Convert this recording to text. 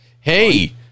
Hey